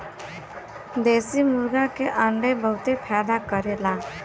देशी मुर्गी के अंडा बहुते फायदा करेला